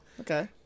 okay